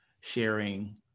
sharing